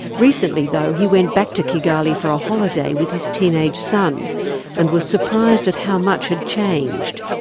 recently, though, he went back to kigali for a holiday with his teenage son and was surprised at how much had changed.